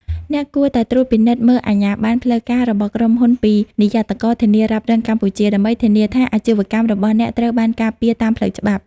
អ្នកគួរតែត្រួតពិនិត្យមើលអាជ្ញាបណ្ណផ្លូវការរបស់ក្រុមហ៊ុនពី និយ័តករធានារ៉ាប់រងកម្ពុជា ដើម្បីធានាថាអាជីវកម្មរបស់អ្នកត្រូវបានការពារតាមផ្លូវច្បាប់។